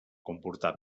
comportar